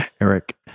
Eric